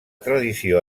tradició